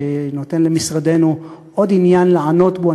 שנותן למשרדנו עוד עניין לענות בו.